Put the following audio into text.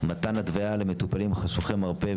מתן התוויה למטופלים חשוכי מרפא,